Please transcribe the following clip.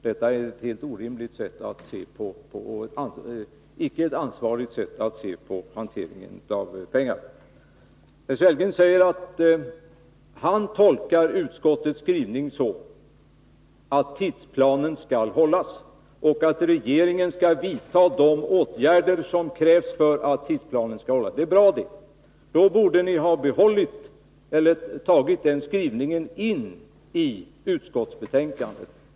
Detta är icke ett ansvarigt sätt att se på hanteringen av pengar. Herr Sellgren säger att han tolkar utskottets skrivning så att tidsplanen skall hållas och att regeringen skall vidta de åtgärder som krävs för detta. Det är bra — men då borde ni ha tagit in den skrivningen i utskottsbetänkandet.